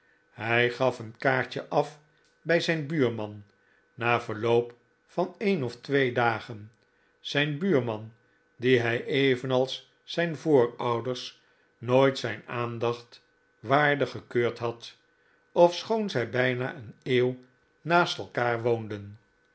hij gaf een kaartje af bij zijn buurman na verloop van een of twee dagen zijn buurman dien hij evenals zijn voorouders nooit zijn aandacht waardig gekeurd had ofschoon zij bijna een eeuw naast elkaar woonden